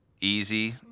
easy